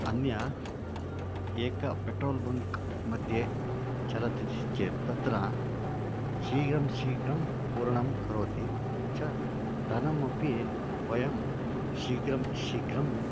अन्ये एकं petrol bunk मध्ये चलति चेत् तत्र शीघ्रं शीघ्रं पूर्णं करोति च धनमपि वयं शीघ्रं शीघ्रम्